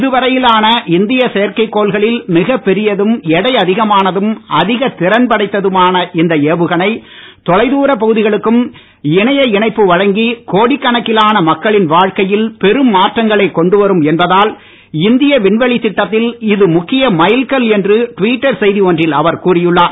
இதுவரையிலான இந்திய செயற்கை கோள்களில் மிகப்பெரியதும் எடை அதிகமானதும் அதிக திறன் படைத்ததும்மான இந்த ஏவுகனை தொலை தூர பகுதிகளுக்கும் இணைய இணைப்பு வழங்கி கோடி கணக்கிலான மக்களின் வாழ்க்கையில் பெரும் மாற்றங்களை கொண்டு வரும் என்பதால் இந்திய விண்வெளி திட்டத்தில் இது முக்கிய மைல் கல் என்று டுவிட்டர் செய்தி ஒன்றில் அவர் கூறியுள்ளார்